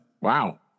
Wow